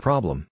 Problem